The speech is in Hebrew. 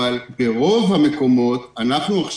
אבל ברוב המקומות לא.